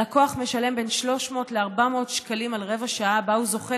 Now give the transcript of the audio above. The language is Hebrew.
הלקוח משלם בין 300 ל-400 שקלים על רבע שעה שבה הוא זוכה